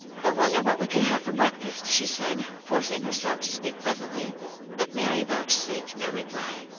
i wonder what we can have for breakfast, she said, forcing herself to speak pleasantly but mary vouchsafed no reply.